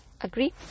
agree